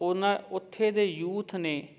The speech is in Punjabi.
ਉਹਨਾਂ ਉੱਥੇ ਦੇ ਯੂਥ ਨੇ